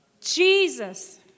Jesus